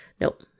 Nope